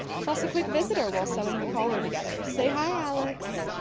plus, a quick visitor while sewing the collar together. say hi, alex!